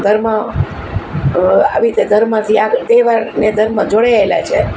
ધર્મ આવી રીતે ધર્મથી આગળ તહેવાર અને ધર્મ જોડાયેલા છે